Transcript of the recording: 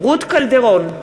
רות קלדרון,